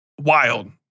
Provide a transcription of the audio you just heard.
wild